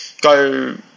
go